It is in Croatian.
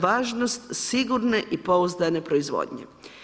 Važnost sigurne i pouzdane proizvodnje.